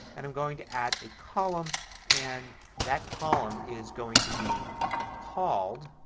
and going to add a column and that column is going to be called,